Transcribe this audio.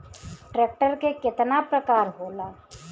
Tractor के केतना प्रकार होला?